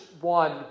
one